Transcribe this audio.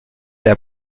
der